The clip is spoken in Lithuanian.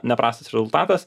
neprastas rezultatas